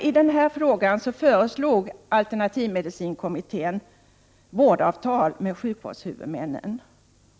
I den här frågan föreslog alternativmedicinkommittén vårdavtal med sjukvårdshuvudmännen.